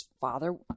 father